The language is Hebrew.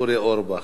אורי אורבך.